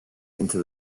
into